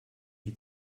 die